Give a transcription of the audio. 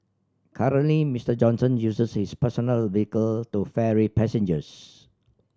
currently Mister Johnson uses his personal vehicle to ferry passengers